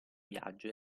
viaggio